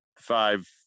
five